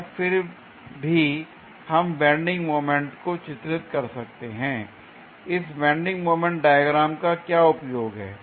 और फिर भी हम बेंडिंग मोमेंट को चित्रित कर सकते हैं l इस बेंडिंग मोमेंट डायग्राम का क्या उपयोग है